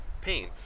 pain